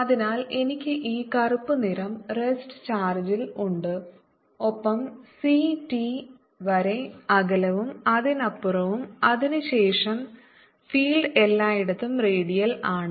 അതിനാൽ എനിക്ക് ഈ കറുപ്പ് നിറo റെസ്റ്റ് ചാർജിൽ ഉണ്ട് ഒപ്പം c t വരെ അകലവും അതിനപ്പുറവും അതിനുശേഷം ഫീൽഡ് എല്ലായിടത്തും റേഡിയൽ ആണ്